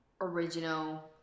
original